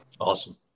Awesome